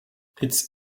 it’s